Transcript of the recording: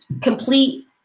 complete